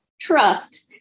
trust